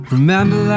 Remember